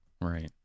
Right